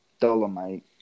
Dolomite